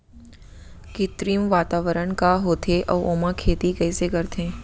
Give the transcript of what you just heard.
कृत्रिम वातावरण का होथे, अऊ ओमा खेती कइसे करथे?